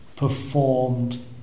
performed